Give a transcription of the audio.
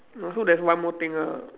oh so there's one more thing ah